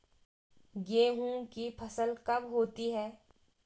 गेहूँ की फसल कब होती है?